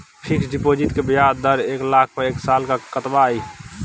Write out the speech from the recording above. Fixed deposit के ब्याज दर एक लाख पर एक साल ल कतबा इ?